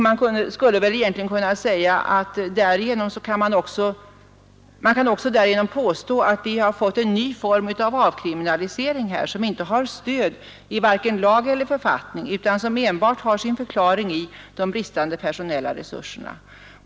Man kan också påstå att vi därigenom fått en ny form av avkriminalisering, som inte har stöd i vare sig lag eller författning utan som enbart har sin förklaring i de bristande personella resurserna.